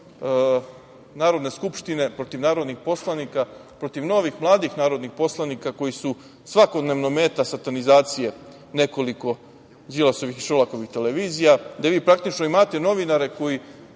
protiv Narodne skupštine, protiv narodnih poslanika, protiv novih mladih narodnih poslanika koji su svakodnevno meta satanizacije nekoliko Đilasovih i Šolaković televizija. Vi praktično imate novinare koji